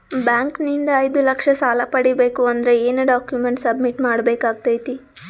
Bank ನಿಂದ ಐದು ಲಕ್ಷ ಸಾಲ ಪಡಿಬೇಕು ಅಂದ್ರ ಏನ ಡಾಕ್ಯುಮೆಂಟ್ ಸಬ್ಮಿಟ್ ಮಾಡ ಬೇಕಾಗತೈತಿ?